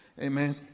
Amen